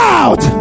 out